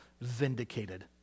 vindicated